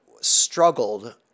struggled